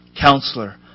Counselor